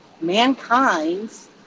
mankind's